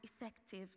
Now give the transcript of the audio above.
effective